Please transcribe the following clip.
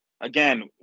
again